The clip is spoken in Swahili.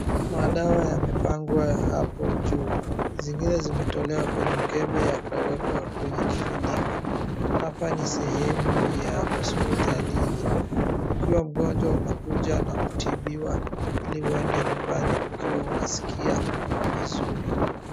Madawa yamepangwa hapo juu. Zingine zimetolewa kwenye mkebe yakawekwa kwenye kifuniko. Hapa ni sehemu ya hospitalini. Ukiwa mgonjwa unakuja na kutibiwa ili uende nyumbani ukiwa unaskia vizuri.